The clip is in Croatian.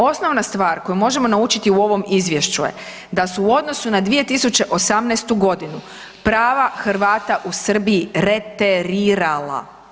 Osnovna stvar koju možemo naučiti u ovom izvješću je da su u odnosu na 2018.g. prava Hrvata u Srbiji reterirala.